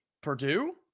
Purdue